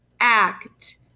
act